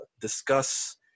discuss